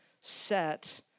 set